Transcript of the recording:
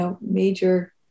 major